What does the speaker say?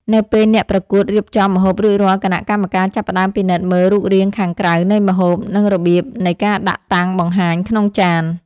នៅពេលអ្នកប្រកួតរៀបចំម្ហូបរួចរាល់ គណៈកម្មការចាប់ផ្ដើមពិនិត្យមើលរូបរាងខាងក្រៅនៃម្ហូប និងរបៀបនៃការដាក់តាំងបង្ហាញក្នុងចាន។